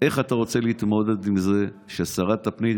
איך אתה רוצה להתמודד עם זה ששרת הפנים,